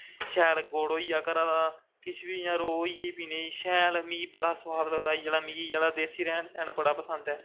शैल गुड़ होइया घरा दा किश बी इ'यां रोह् होई गेई पीने गी शैल इ'यां मिगी बड़ा सोआद लगदा मिगी देस्सी रैह्न सैह्न बड़ा पसंद ऐ